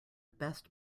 best